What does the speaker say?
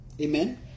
Amen